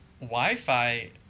Wi-Fi